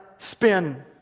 Spin